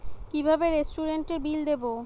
কিভাবে রেস্টুরেন্টের বিল দেবো?